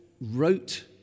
wrote